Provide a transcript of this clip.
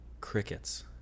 crickets